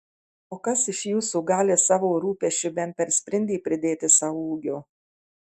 o kas iš jūsų gali savo rūpesčiu bent per sprindį pridėti sau ūgio